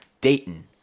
Dayton